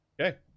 Okay